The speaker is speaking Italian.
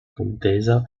contesa